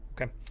okay